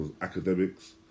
academics